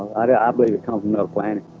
i believe it come from another planet